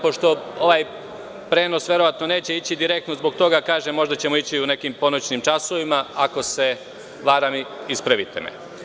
Pošto ovaj prenos verovatno neće ići direktno, zbog toga kažem možda ćemo ići i u nekim ponoćnim časovima, ako se varam, ispravite me.